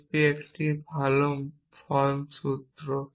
sp একটি ভাল form সূত্র